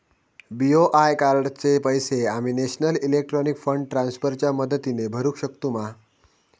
BOI कार्डाचे पैसे आम्ही नेशनल इलेक्ट्रॉनिक फंड ट्रान्स्फर च्या मदतीने भरुक शकतू मा?